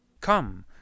come